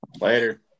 Later